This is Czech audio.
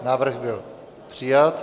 Návrh byl přijat.